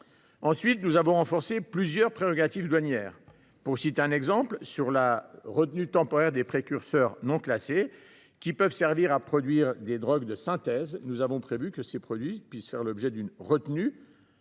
nous avons renforcé plusieurs prérogatives douanières. Par exemple, pour ce qui concerne la retenue temporaire des précurseurs non classés, qui peuvent servir à produire des drogues de synthèse, nous avons prévu que ces produits puissent faire l’objet d’une retenue